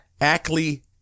Ackley